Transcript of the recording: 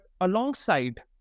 alongside